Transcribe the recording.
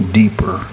deeper